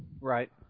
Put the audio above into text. Right